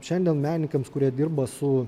šiandien menikams kurie dirba su